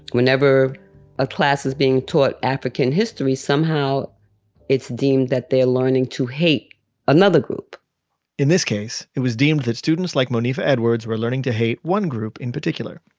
whenever a class is being taught african history, somehow it's deemed that they're learning to hate another group in this case, it was deemed that students like monifa edwards were learning to hate one group in particular.